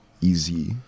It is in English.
easy